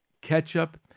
ketchup